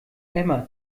emma